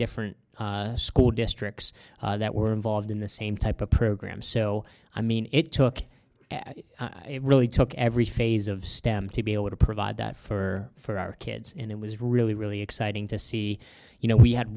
different school districts that were involved in the same type of program so i mean it took it really took every phase of stem to be able to provide that for kids and it was really really exciting to see you know we had